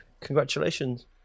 congratulations